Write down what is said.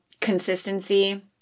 consistency